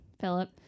Philip